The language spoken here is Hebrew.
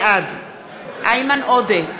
בעד איימן עודה,